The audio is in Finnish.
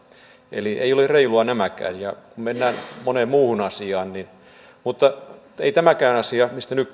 eli ei ole reilua tämäkään eikä ole kun mennään moneen muuhun asiaan ei tämäkään asia mistä nyt